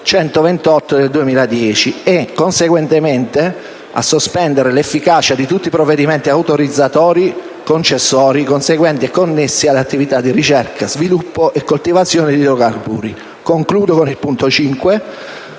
128 del 2010, e, conseguentemente, la sospensione dell'efficacia di tutti i procedimenti autorizzatori e concessori conseguenti e connessi alle attività di ricerca, sviluppo e coltivazione di idrocarburi. Il quinto punto